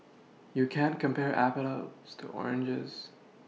you can't compare to oranges